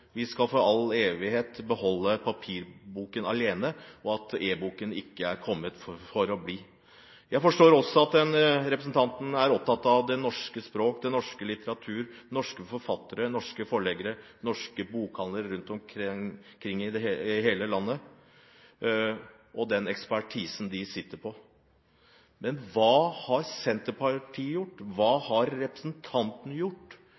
evighet skal beholde papirboken alene, og at e-boken ikke er kommet for å bli. Jeg forstår også at representanten er opptatt av det norske språk, norsk litteratur, norske forfattere, norske forleggere og norske bokhandlere rundt omkring i hele landet og den ekspertisen en sitter på. Men hva har Senterpartiet gjort, og hva har representanten gjort